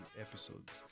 episodes